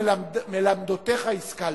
מכל מלמדותיך השכלת.